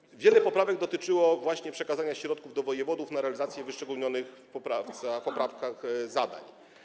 Wiele poprawek dotyczyło właśnie przekazania środków do wojewodów na realizację wyszczególnionych w poprawkach zadań.